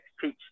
teach